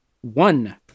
One